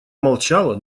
молчала